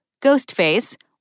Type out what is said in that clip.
Ghostface